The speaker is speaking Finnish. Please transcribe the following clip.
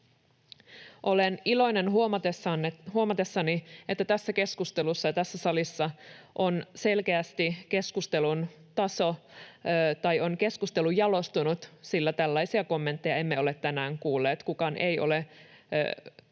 Olen iloinen huomatessani tässä keskustelussa, että tässä salissa on selkeästi keskustelu jalostunut, sillä tällaisia kommentteja emme ole tänään kuulleet: kukaan ei ole kysellyt,